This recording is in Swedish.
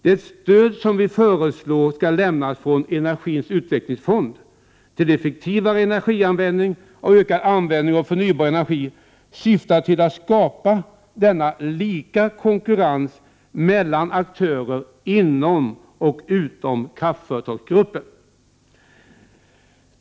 Det stöd som vi föreslår skall lämnas från en energins utvecklingsfond till effektivare energianvändning och ökad användning av förnybar energi syftar till att skapa denna lika konkurrens mellan aktörer inom och utom kraftföretagsgruppen.